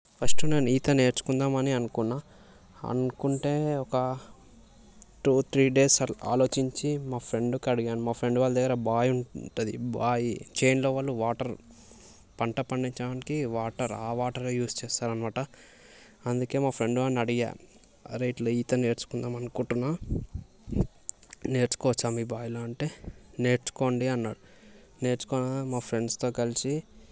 first నేను ఈత నేర్చుకుందాము అని అనుకున్నాను అనుకుంటే ఒక టూ త్రీ డేస్ ఆలోచించి మా ఫ్రెండ్కి అడిగాను మా ఫ్రెండ్ వాళ్ళ దగ్గర బావి ఉంటుంది బావి చచేనులో వాళ్ళు వాటర్ పంట పండించడానికి వాటర్ ఆ వాటరే యూజ్ చేస్తారన్నమాట అందుకే మా ఫ్రెండ్ వాడిని అడిగాను అరే ఇట్లా ఈత నేర్చుకుందాము అనుకుంటున్నాను నేర్చుకోవచ్చా మీ బావిలో అంటే నేర్చుకోండి అన్నాడు నేర్చుకొని మా ఫ్రెండ్స్తో కలిసి